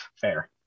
fair